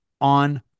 on